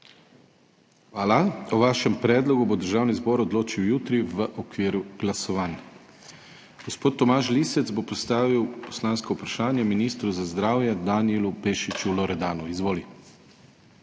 Hvala. O vašem predlogu bo Državni zbor odločil jutri v okviru glasovanj. Gospod Tomaž Lisec bo postavil poslansko vprašanje ministru za zdravje Danijelu Bešiču Loredanu. Izvolite.